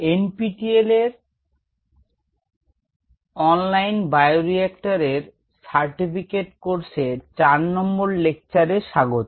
NPTEL এর online bioreactor এর certificate কোর্সের 4 নম্বর লেকচারে স্বাগত